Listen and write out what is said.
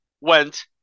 went